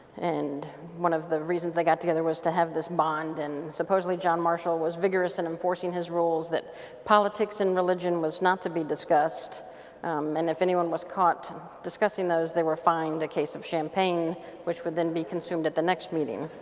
and one of the reasons they got together was to have this bond and supposedly john marshall was vigorous in enforcing his roles that politics and religion was not to be discussed um and if anyone was caught discussing those they were fined a case of champagne which would then be consumed at the next meeting